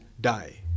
die